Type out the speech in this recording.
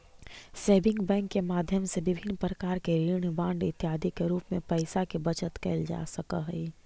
saving bank के माध्यम से विभिन्न प्रकार के ऋण बांड इत्यादि के रूप में पैइसा के बचत कैल जा सकऽ हइ